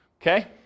okay